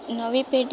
નવી પેઢી